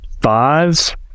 fives